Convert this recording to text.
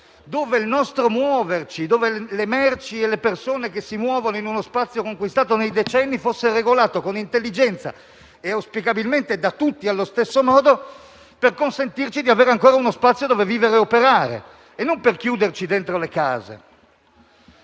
cui il nostro muoverci (le merci e le persone che si muovono in uno spazio conquistato nei decenni) fosse regolato con intelligenza e, auspicabilmente, da tutti allo stesso modo, per consentirci di avere ancora uno spazio in cui vivere e operare, e non per chiuderci dentro le case.